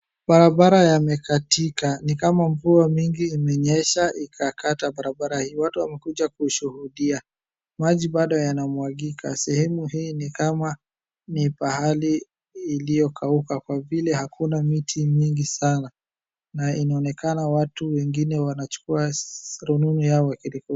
Barabara yamekatika. Ni kama mvua mingi imenyesha ikakata barabara hiyo. Watu wamekuja kushuhudia, maji bado yanamwagika, sehemu hii ni kama ni pahali iliyokauka kwa vile hakuna miti nyingi sana. Watu wanachukua simu zao za rununu na kurekodi.